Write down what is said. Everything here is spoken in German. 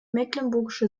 mecklenburgische